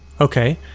Okay